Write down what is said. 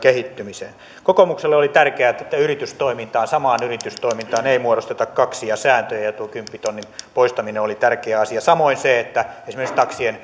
kehittymiseen kokoomukselle oli tärkeää että että samaan yritystoimintaan ei muodosteta kaksia sääntöjä ja tuo kymppitonnin poistaminen oli tärkeä asia samoin se että esimerkiksi taksien